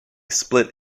split